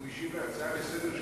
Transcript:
הוא השיב על הצעה לסדר-היום